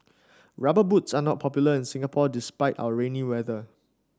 rubber boots are not popular in Singapore despite our rainy weather